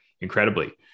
incredibly